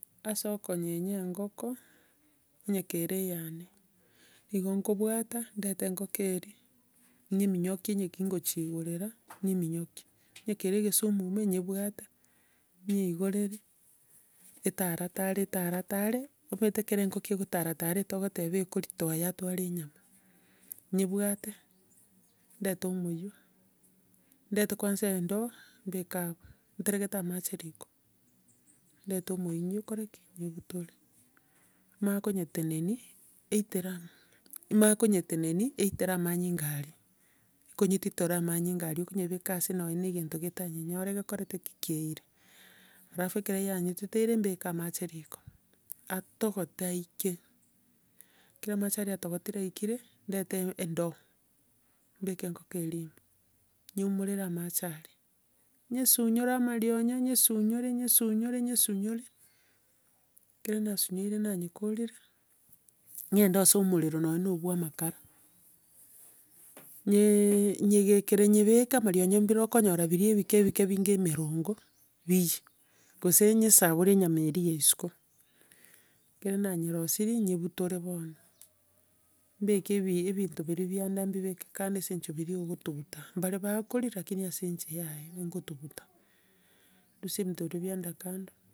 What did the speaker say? Ase okonyenya engoko, onya kere eyane, nigo kombwata, ndete engoko eria nyeminyokie, nyeiki ngochiigorera, nyeminyokie. Onya kere egesumu ime, nyebwate, nyeigorere, etara tare etara tare omanyete ekero engoko ekotara tara etogoteba ekoritoa yatwara enyama. Nyebwate ndete omoiyo, ndete kwanza endoo, mbeke abwo, nterekete amache riko ndete omoiywo nyokore ki? Nyobutore. Nimanye konyetenenia, eitera ama nianye konyetenenia, eitera amanyinga aria, ekonyititora amanyinga ara okonyabeka ase nonya egento getanyenyore gekorete ki? Keire. Alafu ekero yanyititoire, mbeke amache riko, ataogote aike, ekero amache aria atogotire aikire, ndete endoo, mbeke engoko eria ime, nyeumorere amache aria, nyesunyore amarionya nyesunyore nyesunyore nyesunyore, ekero nasunyoire nanyekorire, ng'ende ase omorero nonya bwa amakara nye- nyegekere nyebeke, amarionya bire okonyora biria ebike bike mbire emerongo, biyie, gose nyesabore enyama eria ya isiko, ekero nanyerosirie, nyebutore bono mbeke ebi- ebinto biria bia enda mbibeke kando ase eng'encho biria ogotuguta. Mbare bakoria lakini ase inche yaya nkotuguta. Ndusie ebinto biria bia enda kando.